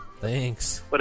Thanks